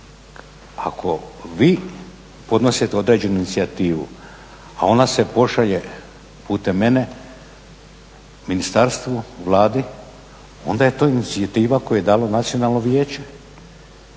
Ako vi podnosite određenu inicijativu, a ona se pošalje putem mene ministarstvu, Vladi, onda je to inicijativa koju je dalo nacionalno vijeće